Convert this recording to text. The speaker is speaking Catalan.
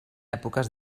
èpoques